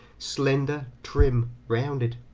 slender, trim, rounded,